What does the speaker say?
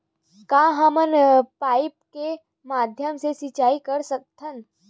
का हमन पाइप के माध्यम से सिंचाई कर सकथन?